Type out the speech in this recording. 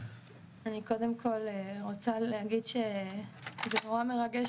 אני קודם כל רוצה להגיד שזה נורא מרגש